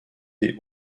des